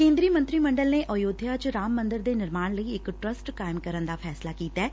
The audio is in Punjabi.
ਕੇਦਰੀ ਮੰਤਰੀ ਮੰਡਲ ਨੇ ਆਯੋਧਿਆ ਚ ਰਾਮ ਮੰਦਰ ਦੇ ਨਿਰਮਾਣ ਲਈ ਇਕ ਟਰੱਸਟ ਕਾਇਮ ਕਰਨ ਦਾ ਫੈਸਲਾ ਕੀਤੈ